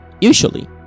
usually